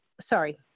Sorry